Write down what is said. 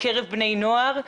בקרב בני נוער.